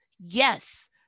yes